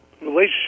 relationship